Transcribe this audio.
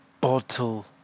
Bottle